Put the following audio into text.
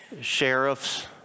sheriffs